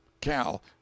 Cal